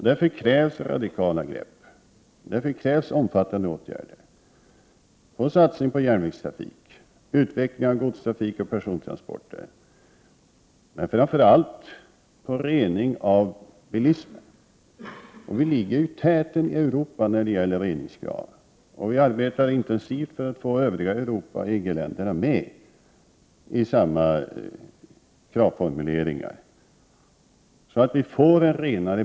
Därför krävs radikala grepp och omfattande åtgärder i fråga om satsningar på järnvägstrafiken, utvecklingen av godstrafiken och persontransporterna, men framför allt beträffande rening av bilavgaserna. Sverige ligger i täten i Europa när det gäller reningskrav, och vi i Sverige arbetar intensivt för att få övriga Europa, bl.a. EG-länderna, att ställa samma krav, så att bilavgaserna blir renare.